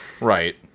Right